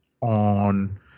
on